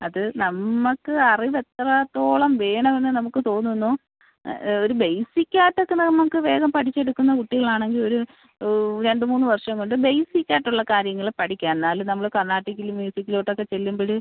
അത് നമുക്ക് അറിവ് എത്രത്തോളം വേണമെന്ന് നമുക്ക് തോന്നുന്നോ ഒരു ബേസിക്ക് ആയിട്ടൊക്കെ നമുക്ക് വേഗം പഠിച്ചെടുക്കുന്ന കുട്ടികളാണെങ്കിൽ ഒരു രണ്ട് മൂന്ന് വർഷംകൊണ്ട് ബേസിക്ക് ആയിട്ടുള്ള കാര്യങ്ങൾ പഠിക്കാം എന്നാലും നമ്മൾ കർണ്ണാട്ടിക്കിൽ മ്യൂസിക്കിലോട്ടൊക്കെ ചെല്ലുമ്പഴ്